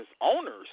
owners